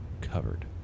covered